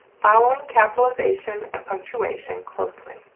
following capitalization and punctuation closely.